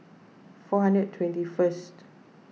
four hundred twenty first